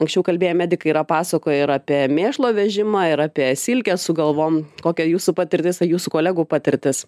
anksčiau kalbėję medikai yra pasakoję ir apie mėšlo vežimą ir apie silkę su galvom kokia jūsų patirtis ir jūsų kolegų patirtis